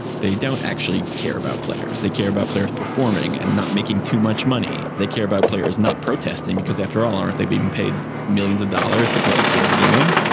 they don't actually care about players they care about players performing and not making too much money. they care about players not protesting because after all aren't they being paid millions of dollars to play a kid's game.